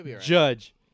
Judge